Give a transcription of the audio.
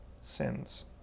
sins